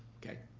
okay.